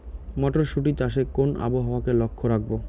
মটরশুটি চাষে কোন আবহাওয়াকে লক্ষ্য রাখবো?